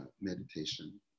meditation